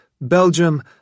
Belgium